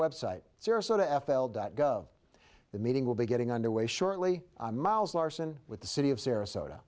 website sarasota f l dot go the meeting will be getting underway shortly miles larson with the city of sarasota